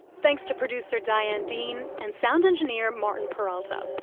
thanks to producer diane dean and sound engineer martin peralta.